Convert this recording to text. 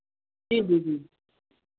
जी जी जी